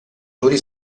minuti